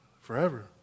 forever